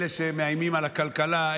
אלה שמאיימים על הכלכלה,